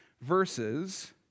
verses